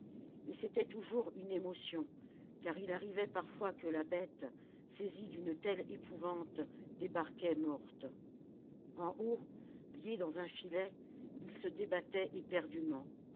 et c'était toujours une émotion car il arrivait parfois que la bête saisie d'une telle épouvante débarquait morte en haut lié dans un filet il se débattait éperdument